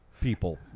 people